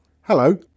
Hello